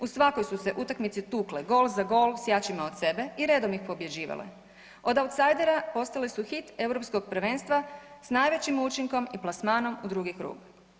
U svakoj su se utakmici tukle gol za gol s jačima od sebe i redom ih pobjeđivale od autsajdera postale su hit europskog prvenstva s najvećim učinkom i plasmanom u drugi krug.